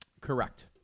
correct